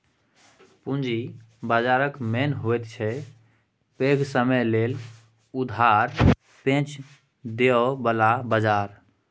पूंजी बाजारक मने होइत छै पैघ समय लेल उधार पैंच दिअ बला बजार